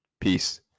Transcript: Peace